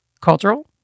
Cultural